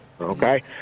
okay